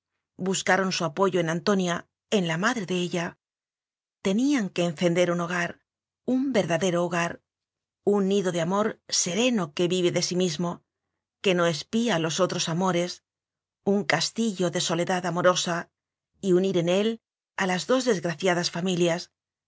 buscaron su apoyo en antonia en la madre de ella tenían que encender un hogar un verdadero hogar un nido de amor sereno que vive de sí mismo que no espía los otros amores un castillo de soledad amorosa y unir en él a las dos desgraciadas familias